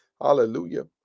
hallelujah